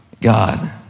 God